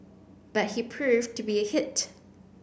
but he proved to be a hit